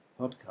podcast